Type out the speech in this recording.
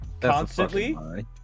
constantly